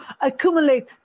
accumulate